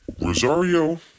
Rosario